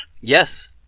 Yes